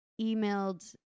emailed